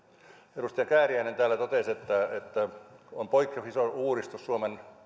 edustaja kääriäinen täällä totesi että tämä on poikkeuksellisen iso uudistus suomen